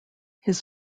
his